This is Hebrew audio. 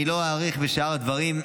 לא אאריך בשאר הדברים.